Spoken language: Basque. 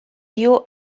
dio